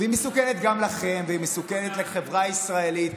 היא מסוכנת גם לכם והיא מסוכנת לחברה הישראלית,